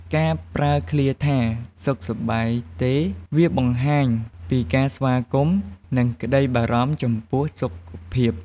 ការប្រើឃ្លាថា សុខសប្បាយទេ? វាបង្ហាញពីការស្វាគមន៍ និងក្តីបារម្ភចំពោះសុខភាព។